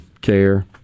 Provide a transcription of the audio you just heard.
care